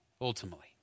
ultimately